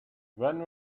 when